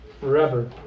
forever